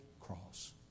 cross